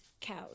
cows